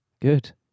Good